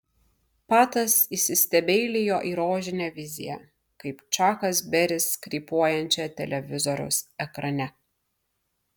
patas įsistebeilijo į rožinę viziją kaip čakas beris krypuojančią televizoriaus ekrane